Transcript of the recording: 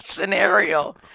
scenario